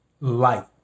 light